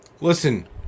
Listen